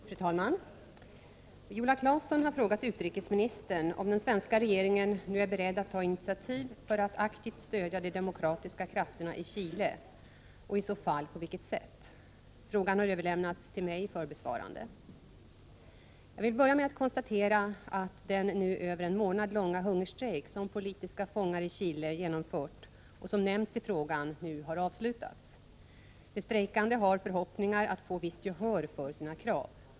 Fru talman! Viola Claesson har frågat utrikesministern om den svenska regeringen nu är beredd att ta initiativ för att aktivt stödja de demokratiska krafterna i Chile och i så fall på vilket sätt. Frågan har överlämnats till mig för besvarande. Jag vill börja med att konstatera att den över en månad långa hungerstrejk som politiska fångar i Chile genomfört, och som nämns i frågan, nu har avslutats. De strejkande har förhoppningar att få visst gehör för sina krav.